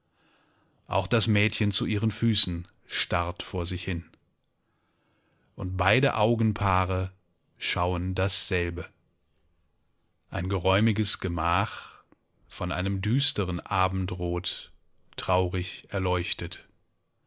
auch das mädchen zu ihren füßen starrt vor sich hin und beide augenpaare schauen dasselbe ein geräumiges gemach von einem düsteren abendrot traurig erleuchtet